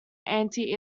anti